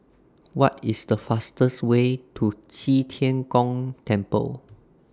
What IS The fastest Way to Qi Tian Gong Temple